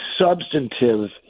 substantive